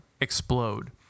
explode